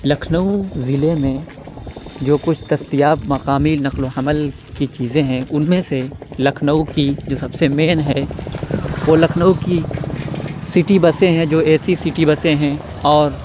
لکھنئو ضلع میں جو کچھ دستیاب مقامی نقل و حمل کی چیزیں ہیں ان میں سے لکھنؤ کی جو سب سے مین ہے وہ لکھنؤ کی سٹی بسیں ہیں جو اے سی سٹی بسیں ہیں اور